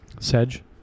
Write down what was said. Sedge